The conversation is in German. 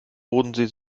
bodensee